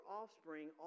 offspring